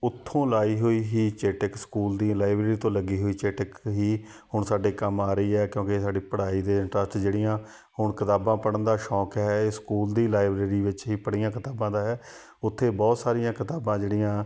ਉੱਥੋਂ ਲਾਈ ਹੋਈ ਹੀ ਚੇਟਕ ਇੱਕ ਸਕੂਲ ਦੀ ਲਾਈਬ੍ਰੇਰੀ ਤੋਂ ਲੱਗੀ ਹੋਈ ਚੇਟਕ ਹੀ ਹੁਣ ਸਾਡੇ ਕੰਮ ਆ ਰਹੀ ਹੈ ਕਿਉਂਕਿ ਸਾਡੀ ਪੜ੍ਹਾਈ ਦੇ ਇੰਟਰਸਟ ਜਿਹੜੀਆਂ ਹੁਣ ਕਿਤਾਬਾਂ ਪੜ੍ਹਨ ਦਾ ਸ਼ੌਕ ਹੈ ਇਹ ਸਕੂਲ ਦੀ ਲਾਇਬ੍ਰੇਰੀ ਵਿੱਚ ਹੀ ਪੜ੍ਹੀਆਂ ਕਿਤਾਬਾਂ ਦਾ ਹੈ ਉੱਥੇ ਬਹੁਤ ਸਾਰੀਆਂ ਕਿਤਾਬਾਂ ਜਿਹੜੀਆਂ